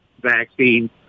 vaccine